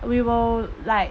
we will like